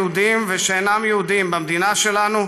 היהודים ושאינם יהודים במדינה שלנו,